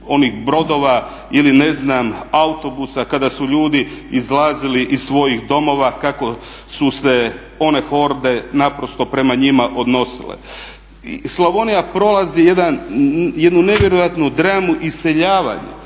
onih brodova ili ne znam autobusa kada su ljudi izlazili iz svojih domova kako su se one horde naprosto prema njima odnosile. Slavonija prolazi jednu nevjerojatnu dramu iseljavanja.